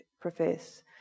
profess